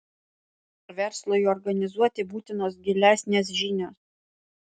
verslui organizuoti būtinos gilesnės žinios